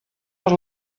per